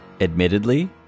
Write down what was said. Admittedly